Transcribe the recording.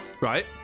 right